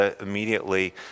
immediately